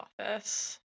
office